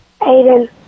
aiden